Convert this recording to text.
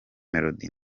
melody